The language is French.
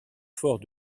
fort